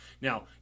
Now